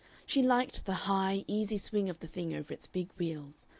she liked the high, easy swing of the thing over its big wheels,